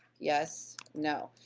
yes, no,